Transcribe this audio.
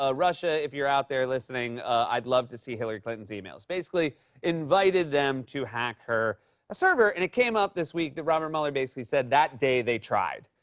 ah russia, if you're out there listening, i'd love to see hillary clinton's e-mails, basically invited them to hack her server. and it came up this week that robert mueller basically said, that day, they tried.